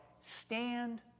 stand